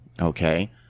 okay